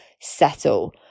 settle